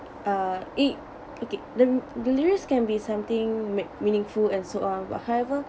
uh it okay them the lyrics can be something make meaningful and so on but however